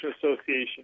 Association